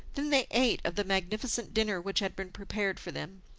then they ate of the magnificent dinner which had been prepared for them,